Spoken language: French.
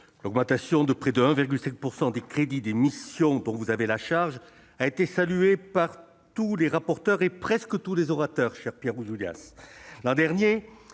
l'augmentation de près de 1,7 % des crédits de la mission dont vous avez la charge a été saluée par tous les rapporteurs et presque tous les orateurs, cher Pierre Ouzoulias